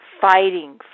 fighting